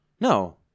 No